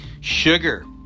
Sugar